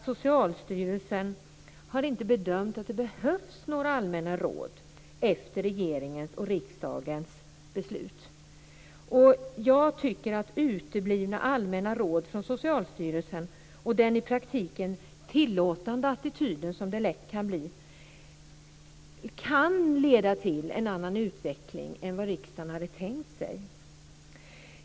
Socialstyrelsen har inte bedömt att det behövs några allmänna råd efter regeringens och riksdagens beslut. Uteblivna allmänna råd från Socialstyrelsen och den i praktiken tillåtande attityd som det lätt kan bli kan leda till en annan utveckling än vad riksdagen hade tänkt sig.